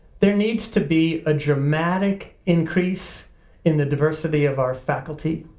there needs to be a dramatic increase in the diversity of our faculty,